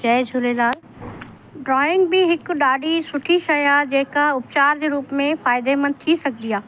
जय Jhulelal drawing बि हिकु ॾाढी सुठी शइ आहे जेका उपचार जे रूप में फ़ाइदेमंद थी सघंदी आहे